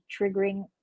triggering